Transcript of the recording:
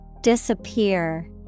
Disappear